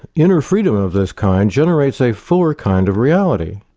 inner freedom of this kind generates a fuller kind of reality,